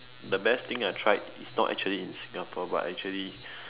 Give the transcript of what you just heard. the best thing I tried is not actually in Singapore but actually